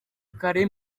kare